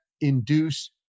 induce